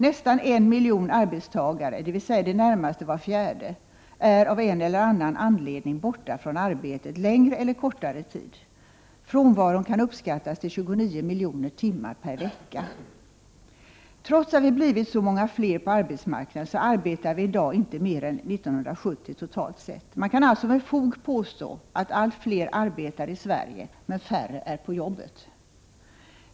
Nästan 1 miljon arbetstagare, dvs. i det närmaste var fjärde, är av en eller annan anledning borta från arbetet längre eller kortare tid. Frånvaron uppskattas till 29 miljoner timmar per vecka. Trots att vi blivit så många fler på arbetsmarknaden, så arbetar vi i dag inte mer än vi gjorde 1970 totalt sett. Man kan alltså med fog påstå att allt fler arbetar i Sverige men att färre är på jobbet.